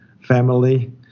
family